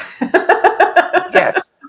Yes